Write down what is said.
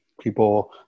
people